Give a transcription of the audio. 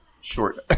short